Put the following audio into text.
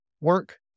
work